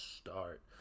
start